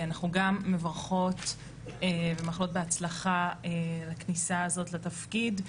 אנחנו גם מברכות ומאחלות בהצלחה לכניסה הזאת לתפקיד.